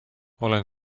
olen